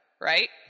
right